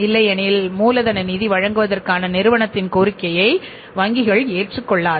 இல்லையெனில் மூலதன நிதி வழங்குவதற்கான நிறுவனத்தின் கோரிக்கையை வங்கிகள் ஏற்றுக்கொள்ளாது